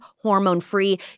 hormone-free